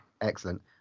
Excellent